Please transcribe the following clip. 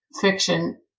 fiction